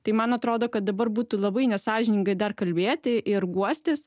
tai man atrodo kad dabar būtų labai nesąžiningai dar kalbėti ir guostis